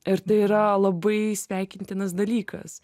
ir tai yra labai sveikintinas dalykas